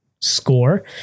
score